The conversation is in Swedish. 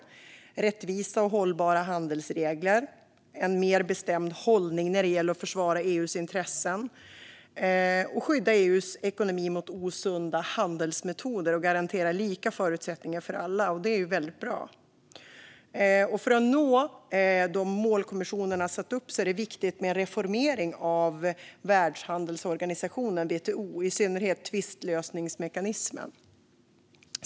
Målsättningarna är ett stöd för rättvisa och hållbara handelsregler och en mer bestämd hållning när det gäller att försvara EU:s intressen, skydda EU:s ekonomi mot osunda handelsmetoder och garantera lika förutsättningar för alla. Det är väldigt bra. För att nå de mål som kommissionen har satt upp är det viktigt med en reformering av Världshandelsorganisationen, WTO, i synnerhet tvistlösningsmekanismen.